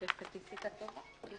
זו סטטיסטיקה טובה.